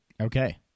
Okay